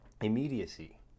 immediacy